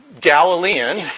Galilean